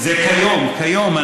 זה כיום, כיום.